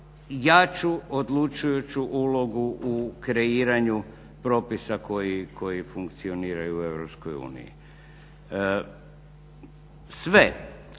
jaču odlučujuću ulogu u kreiranju propisa koji funkcioniraju u EU. Sve